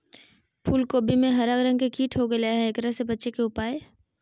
फूल कोबी में हरा रंग के कीट हो गेलै हैं, एकरा से बचे के उपाय?